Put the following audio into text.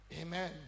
Amen